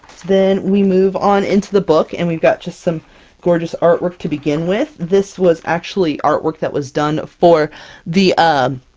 then we move on into the book, and we've got just some gorgeous artwork to begin with! this was actually artwork that was done for the um